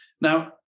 Now